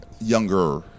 younger